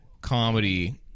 comedy